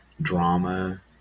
drama